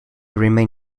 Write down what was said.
remain